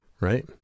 right